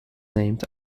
named